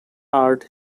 art